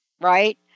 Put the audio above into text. Right